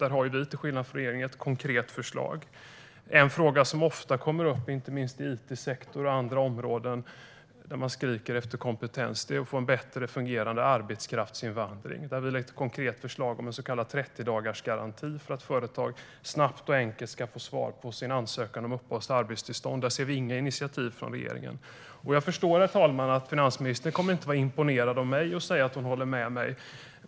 Där har vi, till skillnad från regeringen, ett konkret förslag. En fråga som ofta kommer upp, inte minst i it-sektorn och på andra områden där man skriker efter kompetens, handlar om en bättre fungerande arbetskraftsinvandring. Där har vi ett konkret förslag om en så kallad 30-dagarsgaranti för att företag snabbt och enkelt ska få svar på sin ansökan om uppehålls och arbetstillstånd. Där ser vi inga initiativ från regeringen. Herr talman! Jag förstår att finansministern inte kommer att vara imponerad av mig och säga att hon håller med mig.